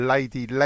Lady